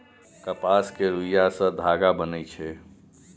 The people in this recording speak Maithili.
कपास केर रूइया सँ धागा बनइ छै